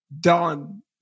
done